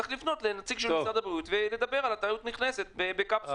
צריך לפנות לנציג של משרד הבריאות ולדבר על תיירות נכנסת בקפסולות.